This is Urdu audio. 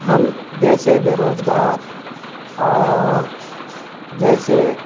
ہم جیسے بے روزگار اور جیسے